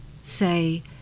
say